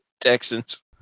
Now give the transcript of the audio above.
Texans